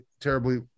terribly